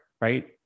right